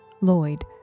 Lloyd